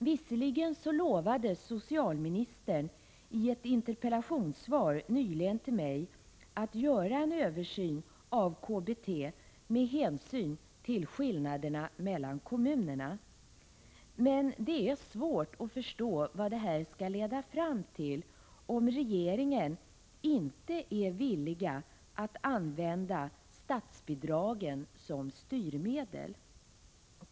Visserligen lovade socialministern i ett interpellationssvar nyligen till mig att göra en översyn av KBT med hänsyn till skillnaderna mellan kommunerna. Men det är svårt att förstå vad det här skall leda fram till, om regeringen inte är villig att använda statsbidragen som styrmedel.